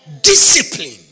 Discipline